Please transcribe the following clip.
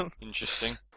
Interesting